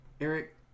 Eric